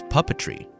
Puppetry